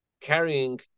carrying